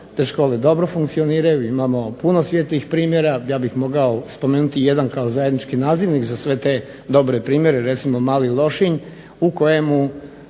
te škole dobro funkcioniraju, imamo puno svijetlih primjera. Ja bih mogao spomenuti jedan kao zajednički nazivnik za sve te dobre primjere, recimo Mali Lošinj u kojemu